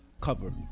cover